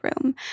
room